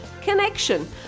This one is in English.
connection